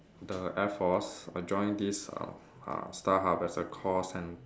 the air force I joined this uh uh Starhub as a call cen~